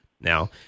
now